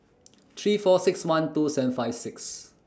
three four six one two seven five six